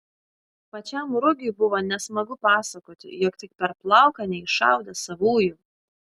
pačiam rugiui buvo nesmagu pasakoti jog tik per plauką neiššaudė savųjų